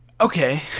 Okay